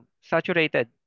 saturated